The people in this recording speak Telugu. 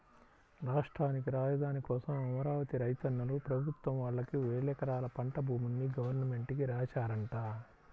రాష్ట్రానికి రాజధాని కోసం అమరావతి రైతన్నలు ప్రభుత్వం వాళ్ళకి వేలెకరాల పంట భూముల్ని గవర్నమెంట్ కి రాశారంట